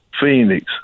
Phoenix